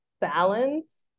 balance